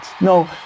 No